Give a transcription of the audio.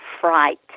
fright